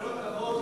כל הכבוד,